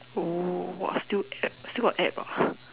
oh !wah! still app still got app ah